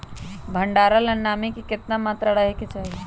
भंडारण ला नामी के केतना मात्रा राहेके चाही?